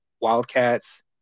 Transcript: Wildcats